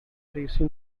tracy